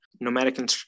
Nomadic